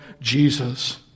Jesus